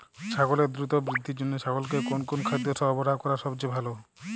ছাগলের দ্রুত বৃদ্ধির জন্য ছাগলকে কোন কোন খাদ্য সরবরাহ করা সবচেয়ে ভালো?